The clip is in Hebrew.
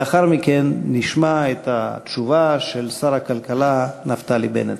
לאחר מכן נשמע את התשובה של שר הכלכלה נפתלי בנט,